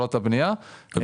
התחלות הבנייה.